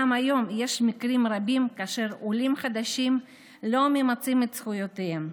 גם היום יש מקרים רבים של עולים חדשים שלא ממצים את זכויותיהם,